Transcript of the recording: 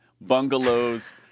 bungalows